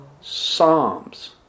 Psalms